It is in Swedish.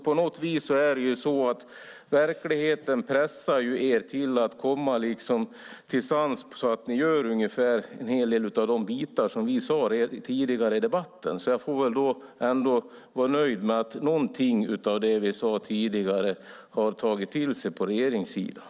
På något vis pressar verkligheten regeringspartierna till att komma till sans så att de faktiskt vidtar en hel del av de åtgärder som vi tog upp tidigare i debatten. Jag får väl vara nöjd med att man från regeringssidan tagit till sig någonting av det som vi sade förut.